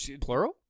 plural